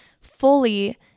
fully